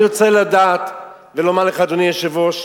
אני רוצה לומר לך, אדוני היושב-ראש,